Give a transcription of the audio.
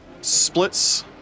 splits